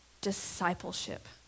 discipleship